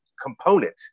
component